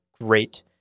great